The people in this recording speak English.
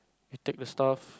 we take the stuff